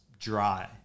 dry